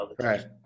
right